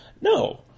no